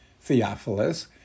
Theophilus